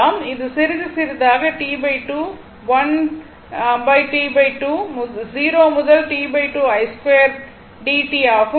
இது சிறிது சிறிதாக இது T2 1T2 0 முதல் T2 i2 dt ஆகும்